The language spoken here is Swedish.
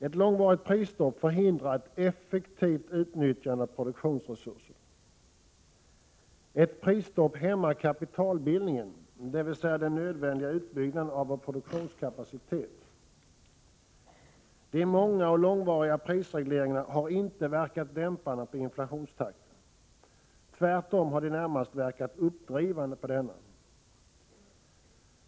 Ett långvarigt prisstopp förhindrar effektivt utnyttjande av produktionsresurserna. Ett prisstopp hämmar kapitalbildningen, dvs. den nödvändiga utbyggnaden av vår produktionskapacitet. De många och långvariga prisregleringarna har inte verkat dämpande på inflationstakten. Tvärtom har de närmast verkat uppdrivande på denna.